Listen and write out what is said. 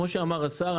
כמו שאמר השר,